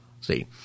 See